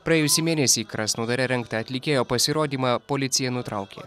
praėjusį mėnesį krasnodare rengtą atlikėjo pasirodymą policija nutraukė